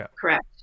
Correct